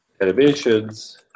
animations